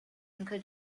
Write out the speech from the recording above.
uncle